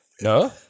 no